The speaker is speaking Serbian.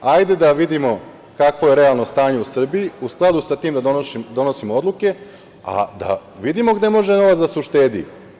Hajde da vidimo kakvo je realno stanje u Srbiji, u skladu sa tim da donosimo odluke, a da vidimo gde može novac da se uštedi.